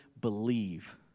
believe